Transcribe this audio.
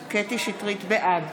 שטרית, בעד